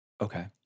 Okay